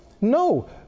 no